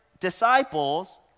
disciples